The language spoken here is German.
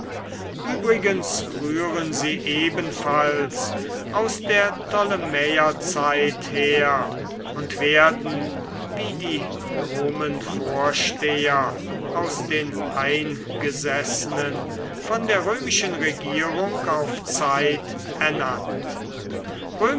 übrigens rühren sie ebenfalls aus der ptolemäerzeit her und werden wie die nomenvorsteher aus den eingesessenen von der römischen regierung auf zeit ernannt